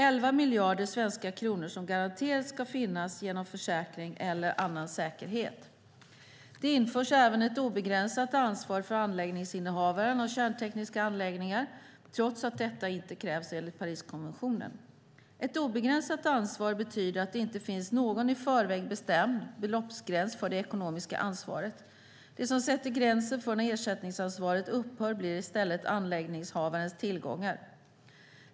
11 miljarder svenska kronor ska garanterat finnas genom försäkring eller annan säkerhet. Det införs även ett obegränsat ansvar för anläggningshavaren av kärntekniska anläggningar, trots att detta inte krävs enligt Pariskonventionen. Ett obegränsat ansvar betyder att det inte finns någon i förväg bestämd beloppsgräns för det ekonomiska ansvaret. Det som sätter gränsen för när ersättningsansvaret upphör blir i stället anläggningshavarens tillgångar.